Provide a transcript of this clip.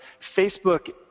Facebook